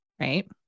right